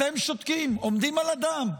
אתם שותקים, עומדים על הדם.